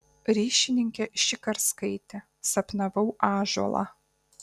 ryšininkė šikarskaitė sapnavau ąžuolą